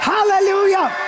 Hallelujah